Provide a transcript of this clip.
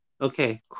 okay